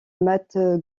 matt